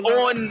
on